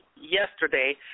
yesterday